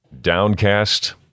downcast